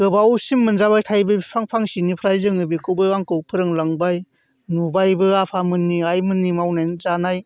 गोबावसिम मोनजाबाय थायो बे बिफां फांसेनिफ्राय जोङो बेखौबो आंखौ फोरोंलांबाय नुबायबो आफामोनि आइमोनि मावनानै जानाय